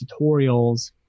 tutorials